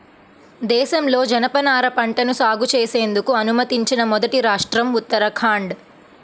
దేశంలో జనపనార పంటను సాగు చేసేందుకు అనుమతించిన మొదటి రాష్ట్రం ఉత్తరాఖండ్